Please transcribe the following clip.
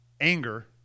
Anger